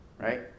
right